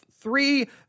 three